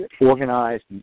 organized